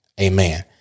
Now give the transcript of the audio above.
amen